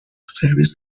سرویس